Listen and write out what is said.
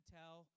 tell